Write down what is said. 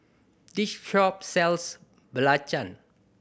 this shop sells belacan